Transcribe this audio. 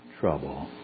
trouble